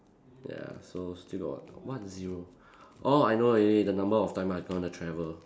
ya so still got what what zero oh I know already the number of time I gonna travel